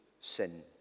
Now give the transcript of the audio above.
sin